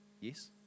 Yes